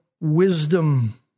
wisdom